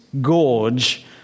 gorge